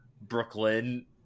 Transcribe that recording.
Brooklyn